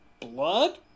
blood